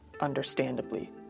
understandably